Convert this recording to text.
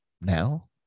Now